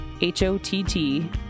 h-o-t-t